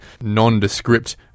nondescript